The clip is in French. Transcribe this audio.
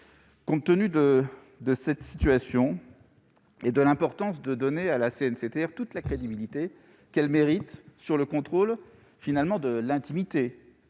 Compte tenu de cette situation et de l'importance qu'il y a à donner à la CNCTR toute la crédibilité qu'elle mérite sur le contrôle de l'intimité